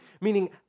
meaning